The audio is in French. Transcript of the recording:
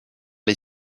les